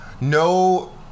no